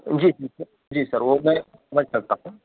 جی جی سر جی سر وہ میں سمجھ سکتا ہوں